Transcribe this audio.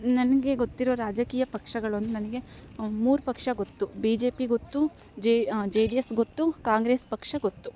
ನನಗೆ ಗೊತ್ತಿರೋ ರಾಜಕೀಯ ಪಕ್ಷಗಳು ನನಗೆ ಮೂರು ಪಕ್ಷ ಗೊತ್ತು ಬಿ ಜೆ ಪಿ ಗೊತ್ತು ಜೆ ಡಿ ಯಸ್ ಗೊತ್ತು ಕಾಂಗ್ರೆಸ್ ಪಕ್ಷ ಗೊತ್ತು